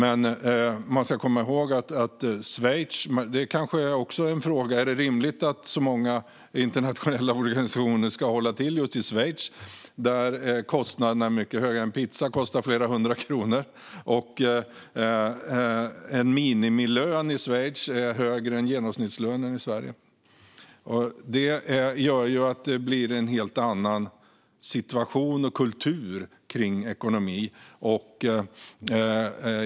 En annan fråga är: Är det rimligt att så många internationella organisationer ska hålla till just i Schweiz, där kostnaderna är mycket höga? En pizza kostar flera hundra kronor i Schweiz, och en minimilön är högre än genomsnittslönen i Sverige. Det gör ju att det blir en helt annan situation och kultur kring ekonomin.